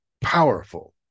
powerful